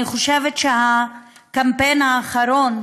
אני חושבת שהקמפיין האחרון,